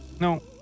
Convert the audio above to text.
No